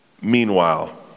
meanwhile